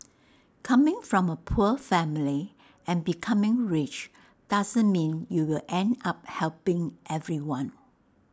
coming from A poor family and becoming rich doesn't mean you will end up helping everyone